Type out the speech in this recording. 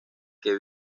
que